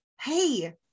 hey